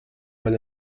man